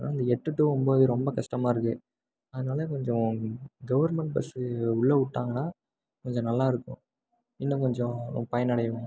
அதனால இந்த எட்டு டு ஒம்பது ரொம்ப கஷ்டமாக இருக்குது அதனால கொஞ்சம் கவர்மெண்ட் பஸ்சு உள்ளே விட்டாங்கனா கொஞ்சம் நல்லா இருக்கும் இன்னும் கொஞ்சம் பயனடைவோம்